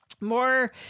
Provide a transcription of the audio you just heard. more